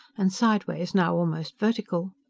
and sidewise now almost vertical.